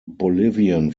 bolivian